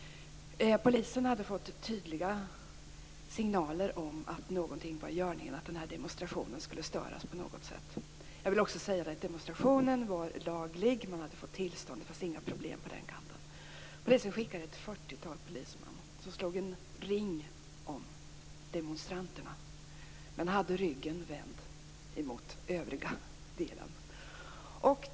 Polisen hade fått tydliga signaler om att något var i görningen, om att den här demonstrationen skulle störas på något sätt. Jag vill också säga att demonstrationen var laglig. Man hade fått tillstånd. Det fanns inga problem på den kanten. Polisen skickade ett fyrtiotal man, som slog en ring omkring demonstranterna men hade ryggen vänd mot den övriga delen.